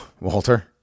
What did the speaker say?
Walter